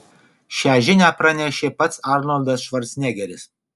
šią žinią pranešė pats arnoldas švarcnegeris